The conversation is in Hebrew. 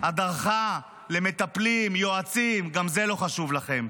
הדרכה למטפלים, ליועצים, גם זה לא חשוב לכם,